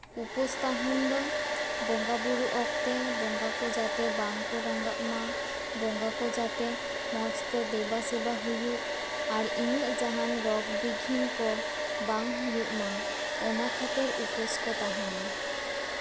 ᱩᱯᱟᱹᱥ ᱛᱟᱦᱮᱱ ᱫᱚ ᱵᱚᱸᱜᱟ ᱵᱩᱨᱩ ᱚᱠᱛᱮ ᱵᱚᱸᱜᱟ ᱠᱚ ᱡᱟᱛᱮ ᱵᱟᱝᱠᱚ ᱨᱟᱸᱜᱟᱜᱼᱢᱟ ᱵᱚᱸᱜᱟ ᱠᱚ ᱡᱟᱛᱮ ᱢᱚᱡᱽᱛᱮ ᱫᱮᱵᱟᱼᱥᱮᱵᱟ ᱦᱩᱭᱩᱜ ᱟᱨ ᱤᱧᱟᱹᱜ ᱡᱟᱦᱟᱱ ᱨᱳᱜᱽ ᱵᱤᱜᱷᱤᱱ ᱠᱚ ᱵᱟᱝ ᱦᱩᱭᱩᱜ ᱢᱟ ᱚᱱᱟ ᱠᱷᱟᱹᱛᱤᱨ ᱩᱯᱟᱹᱥ ᱠᱚ ᱛᱟᱦᱮᱱᱟ